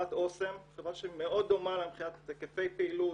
חברה אוסם היא חברה שמאוד דומה לה מבחינת היקפי פעילות,